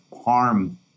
harm